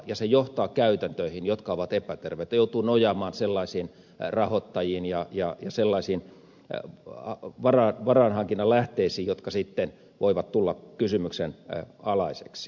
ja se johtaa käytäntöihin jotka ovat epäterveet ja joutuu nojaamaan sellaisiin rahoittajiin ja sellaisiin varainhankinnan lähteisiin jotka sitten voivat tulla kysymyksen alaisiksi